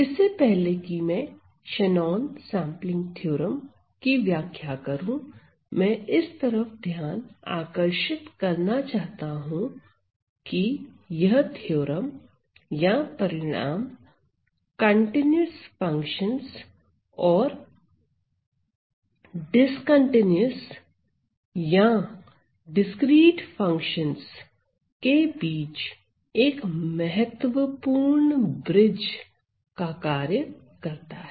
इससे पहले कि मैं शेनॉन सेंपलिंग थ्योरम की व्याख्या करूं मैं इस तरफ ध्यान आकर्षित करना चाहता हूं कि यह थ्योरम या परिणाम कंटीन्यूअस फंक्शनस और डिस्कंटीन्यूअस या डिस्क्रीट फंक्शंस के बीच एक महत्वपूर्ण ब्रिज का कार्य करता है